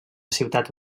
ciutat